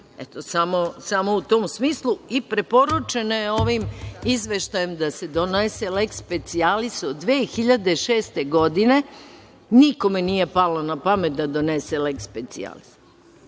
deca. Samo u tom smislu. Preporučeno je ovim izveštajem da se donese leks specijalis. Od 2006. godine nikome nije palo napamet da donese leks specijalis.